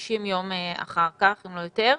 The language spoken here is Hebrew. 60 ימים אחר כך, אם לא יותר,